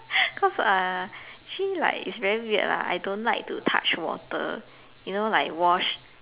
cause uh actually like it's very weird lah I don't like to touch water you know like wash